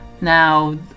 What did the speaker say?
Now